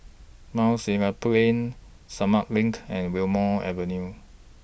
Mount Sinai Plain Sumang LINK and Wilmonar Avenue